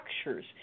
structures